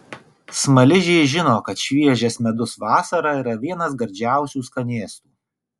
smaližiai žino kad šviežias medus vasarą yra vienas gardžiausių skanėstų